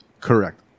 Correct